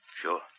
Sure